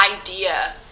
idea